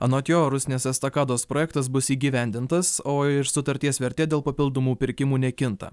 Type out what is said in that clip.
anot jo rusnės estakados projektas bus įgyvendintas o iš sutarties vertė dėl papildomų pirkimų nekinta